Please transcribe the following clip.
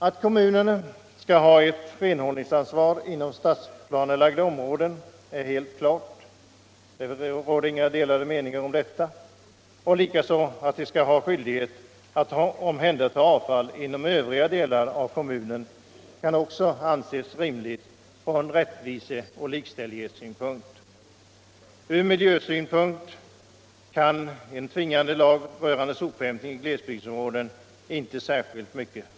Att kommunen skall ha ett renhållningsansvar inom stadsplanelagda områden är helt klart. Det råder inga delade meningar om dena. All den skall ha skyldighet att omhänderta avfall inom övriga delar av kommunen kan också anses rimligt från rättvise och likställdhetssynpunkt. En tvingande lag rörande sophämtning i glesbygdsområden kan inte för avfällshanteringen Hm.